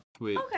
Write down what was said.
Wait